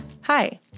Hi